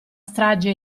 strage